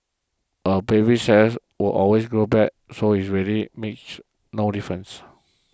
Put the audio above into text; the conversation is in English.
a baby's says will always grow back so it really makes no difference